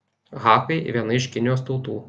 hakai viena iš kinijos tautų